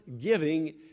giving